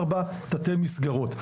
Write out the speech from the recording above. ארבע תתי מסגרות.